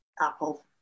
apple